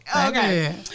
Okay